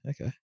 okay